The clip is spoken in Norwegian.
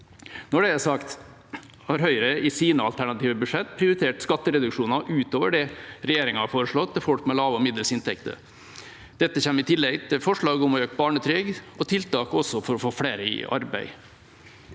Når det er sagt, har Høyre i sine alternative budsjett prioritert skattereduksjoner utover det regjeringa har foreslått til folk med lave og middels inntekter. Dette kommer i tillegg til forslag om økt barnetrygd og tiltak for å få flere i arbeid.